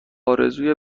آرزوی